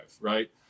right